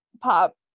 pop